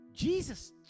Jesus